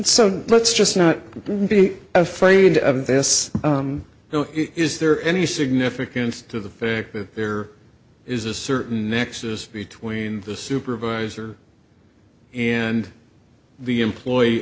so let's just not be afraid of this is there any significance to the fact that there is a certain nexus between the supervisor and the employee